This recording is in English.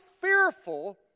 fearful